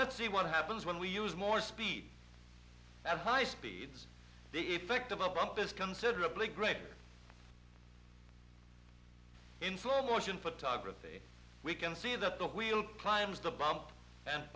let's see what happens when we use more speed at high speeds the effect of a bump is considerably greater influence in photography we can see that the wheel primes the bump and